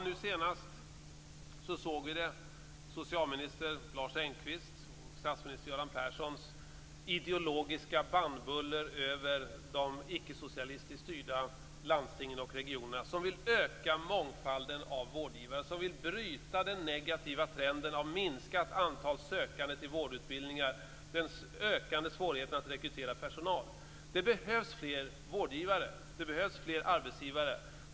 Nu senast såg vi det i socialminister Lars Engqvists och statsminister Göran Perssons ideologiska bannbullor över de icke-socialistiskt styrda landstingen och regionerna som vill öka mångfalden av vårdgivare och bryta den negativa trenden av minskat antal sökande till vårdutbildningar och den ökande svårigheten att rekrytera personal. Det behövs fler vårdgivare. Det behövs fler arbetsgivare.